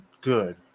good